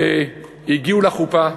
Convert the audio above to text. הגיעו לחופה,